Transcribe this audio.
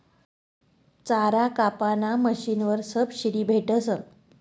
चारा कापाना मशीनवर सबशीडी भेटस